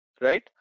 Right